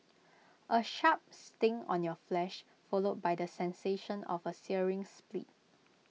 A sharp sting on your flesh followed by the sensation of A searing split